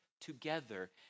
together